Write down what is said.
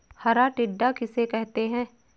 हरा टिड्डा किसे कहते हैं?